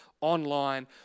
online